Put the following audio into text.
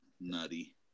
Nutty